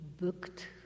booked